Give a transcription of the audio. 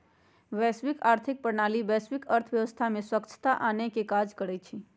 वैश्विक आर्थिक प्रणाली वैश्विक अर्थव्यवस्था में स्वछता आनेके काज करइ छइ